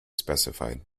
specified